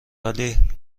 ولی